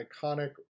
iconic